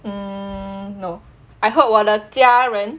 hmm no I hope 我的家人